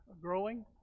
growing